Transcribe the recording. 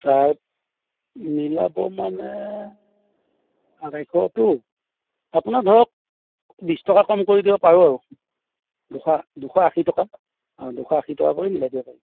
তাত মিলাব মানে আঢ়ৈশটো আপোনাৰ ধৰক বিছ টকা কম কৰি দিব পাৰোঁ আৰু দুশ দুশ আশী টকা দুশ আশী টকা কৰি মিলাই দিব পাৰিম